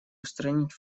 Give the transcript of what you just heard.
устранить